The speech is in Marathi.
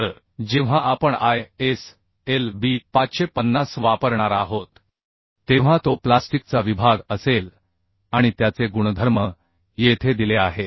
तर जेव्हा आपण ISLB 550 वापरणार आहोत तेव्हा तो प्लास्टिकचा विभाग असेल आणि त्याचे गुणधर्म येथे दिले आहेत